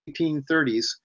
1830s